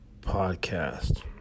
Podcast